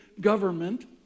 government